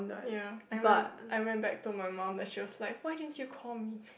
ya I went I went back to my mum and she was like why didn't you call me